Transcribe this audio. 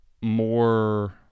more